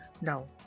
No